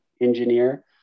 engineer